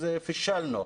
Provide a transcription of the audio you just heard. אז פישלנו,